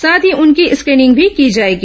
साथ ही उनकी स्क्रीनिंग भी की जाएगी